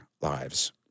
lives